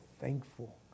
thankful